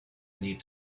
need